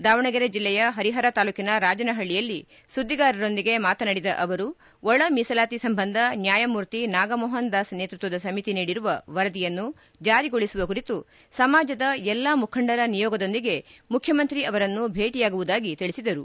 ದಾವಣಗೆರೆ ಜಿಲ್ಡೆಯ ಹರಿಹರ ತಾಲೂಕಿನ ರಾಜನಹಳ್ಳಿಯಲ್ಲಿ ಸುದ್ದಿಗಾರರೊಂದಿಗೆ ಮಾತನಾಡಿದ ಅವರು ಒಳಮೀಸಲಾತಿ ಸಂಬಂಧ ನ್ಯಾಯಮೂರ್ತಿ ನಾಗಮೋಹನದಾಸ್ ನೇತೃತ್ವದ ಸಮಿತಿ ನೀಡಿರುವ ವರದಿಯನ್ನು ಜಾರಿಗೊಳಿಸುವ ಕುರಿತು ಸಮಾಜದ ಎಲ್ಲ ಮುಖಂಡರ ನಿಯೋಗದೊಂದಿಗೆ ಮುಖ್ಯಮಂತ್ರಿ ಅವರನ್ನು ಭೇಟಿಯಾಗುವುದಾಗಿ ತಿಳಿಸಿದರು